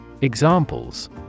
Examples